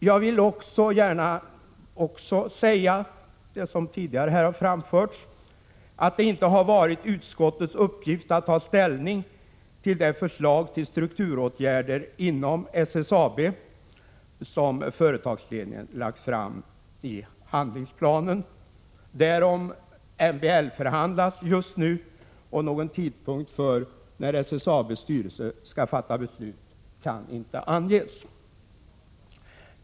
Jag vill också, såsom tidigare skett i debatten, framhålla att det inte varit utskottets uppgift att ta ställning till det förslag till strukturåtgärder inom SSAB som företagsledningen lagt fram i handlingsplanen. Därom MBL förhandlas just nu, och någon tidpunkt för SSAB:s styrelsebeslut kan inte anges.